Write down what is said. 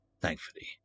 thankfully